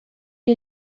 que